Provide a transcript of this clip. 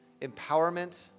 empowerment